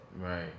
Right